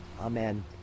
Amen